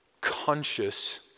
conscious